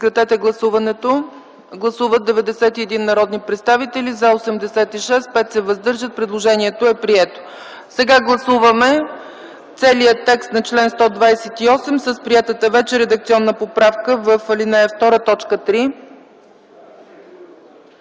Сега гласуваме целия текст на чл. 128 с приетата вече редакционна поправка в ал. 2, т. 3.